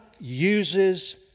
uses